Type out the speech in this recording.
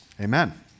Amen